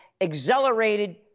accelerated